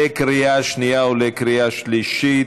לקריאה שנייה ולקריאה שלישית.